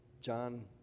John